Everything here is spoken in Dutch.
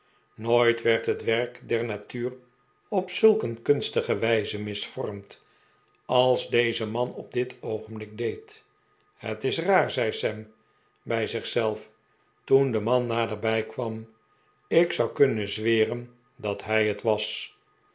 nooit werd het werk der natuur op zulk een kunstige wijze misvormd als deze man op dit oogenblik deed het is raar zei sam bij zich zelf toen de man naderbij kwam ik zou kunnen zweren dat hij het was